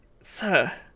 Sir